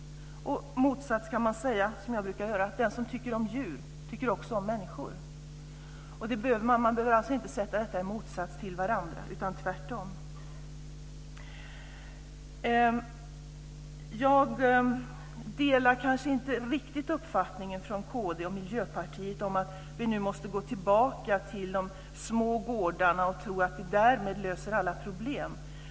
Jag brukar säga att den som tycker om djur också tycker om människor. Man behöver alltså inte sätta detta i motsats till varandra, utan tvärtom. Jag delar kanske inte riktigt uppfattningen från kd och Miljöpartiet om att vi nu måste gå tillbaka till de små gårdarna och att vi därmed löser alla problem.